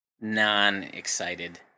non-excited